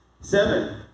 seven